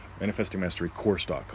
manifestingmasterycourse.com